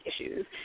issues